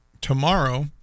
tomorrow